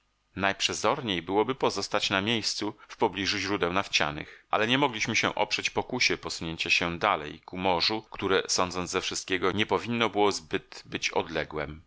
czynić najprzezorniej byłoby pozostać na miejscu w pobliżu źródeł nafcianych ale nie mogliśmy się oprzeć pokusie posunięcia się dalej ku morzu które sądząc ze wszystkiego nie powinno było zbyt być odległem